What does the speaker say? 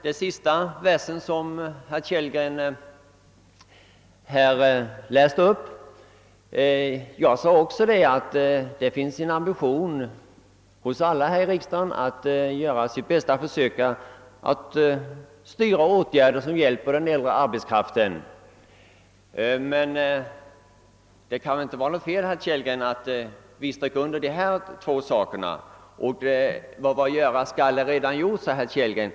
Beträffande versen som herr Kellgren läste upp vill jag svara, att också jag tycker att det finns en ambition hos alla parter i riksdagen att göra sitt bästa för att försöka styra de åtgärder som skall komma den äldre arbetskraften till hjälp. Men det kan väl inte vara något fel, herr Kellgren, att i debatten understryka betydelsen av de åtgärder som man i det särskilda yttrandet framfört. » Vad göras skall är allaredan gjort», travesterade herr Kellgren.